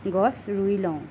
গছ ৰুই লওঁ